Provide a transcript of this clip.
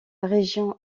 région